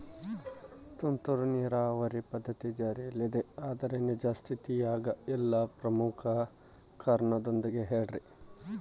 ತುಂತುರು ನೇರಾವರಿ ಪದ್ಧತಿ ಜಾರಿಯಲ್ಲಿದೆ ಆದರೆ ನಿಜ ಸ್ಥಿತಿಯಾಗ ಇಲ್ಲ ಪ್ರಮುಖ ಕಾರಣದೊಂದಿಗೆ ಹೇಳ್ರಿ?